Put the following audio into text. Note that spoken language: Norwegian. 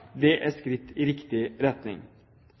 Det er et skritt i riktig retning.